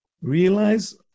realize